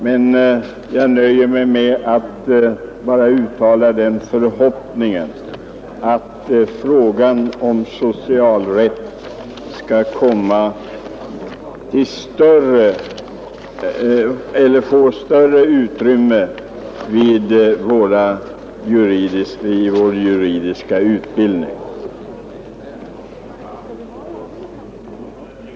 Men jag nöjer mig med att bara uttala förhoppningen att socialrätten skall få större utrymme i vår juridiska utbildning.